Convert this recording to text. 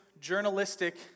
journalistic